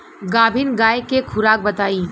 गाभिन गाय के खुराक बताई?